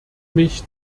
mich